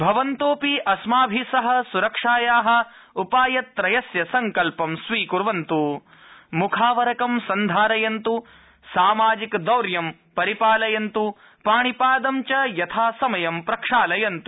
भवन्तोऽपि अस्माभि सह सुरक्षाया उपायत्रयस्य संकल्पं स्वीकुर्वन्तु मुखावरंक सन्धारयन्तु सामाजिकदौर्यं परिपालयन्तु पाणिपादं च यथासमयं प्रक्षालयन्तु